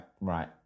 right